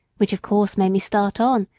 which of course made me start on,